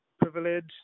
privilege